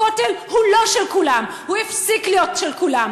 הכותל הוא לא של כולם, הוא הפסיק להיות של כולם.